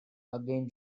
again